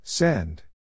Send